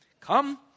come